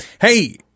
Hey